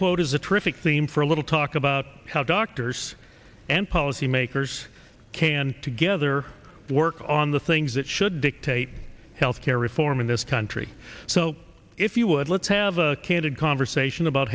is a terrific theme for a little talk about how doctors and policymakers can together work on the things that should dictate health care reform in this country so if you would let's have a candid conversation about